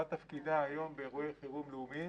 ומה תפקידה היום באירועי חירום לאומיים.